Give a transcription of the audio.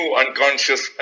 unconscious